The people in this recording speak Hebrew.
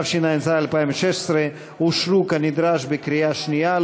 התשע"ז 2016, אושרו כנדרש בקריאה שנייה.